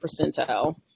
percentile